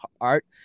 art